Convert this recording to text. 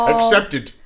Accepted